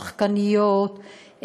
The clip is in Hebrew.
שחקניות,